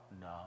no